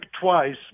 twice